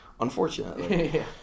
Unfortunately